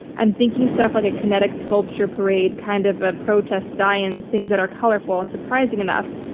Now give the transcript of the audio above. i'm thinking stuff like a kinetic sculpture parade, kind of a protest die-in, things that are colorful and surprising enough,